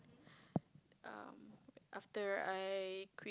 um after I quit